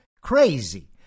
crazy